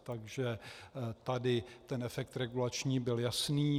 Takže tady ten efekt regulační byl jasný.